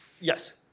Yes